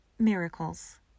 Miracles